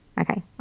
Okay